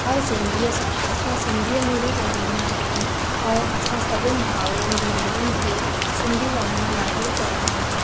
हर सिंधीअ सां असां सिंधीअ में ई ॻाल्हाईंदा आहियूं ऐं असां सभिनि भाउरुनि भेनुरुनि खे सिंधी ॻाल्हाइनि लाइ ई चवंदा आहियूं